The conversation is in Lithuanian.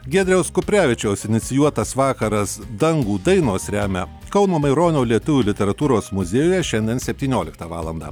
giedriaus kuprevičiaus inicijuotas vakaras dangų dainos remia kauno maironio lietuvių literatūros muziejuje šiandien septynioliktą valandą